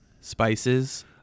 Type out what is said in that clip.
spices